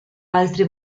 altri